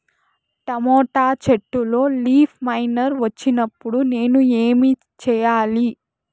Tomato చెట్టులో leaf miner వచ్చినప్పుడు నేను ఏమి చెయ్యాలి?